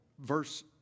Verse